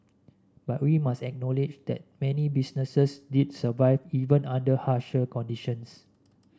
but we must acknowledge that many businesses did survive even under harsher conditions